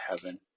heaven